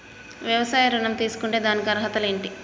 వ్యవసాయ ఋణం తీసుకుంటే దానికి అర్హతలు ఏంటి?